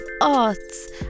arts